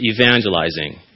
evangelizing